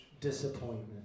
disappointment